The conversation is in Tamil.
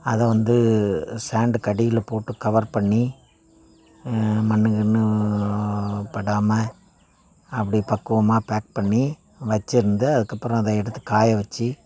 அதை வந்து சேண்டுக்கு அடியில் போட்டு கவர் பண்ணி மண்ணு கிண்ணுப்படாமல் அப்படி பக்குவமாக பேக் பண்ணி வச்சிருந்து அதுக்கப்புறம் அதை எடுத்து காய வச்சி